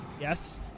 Yes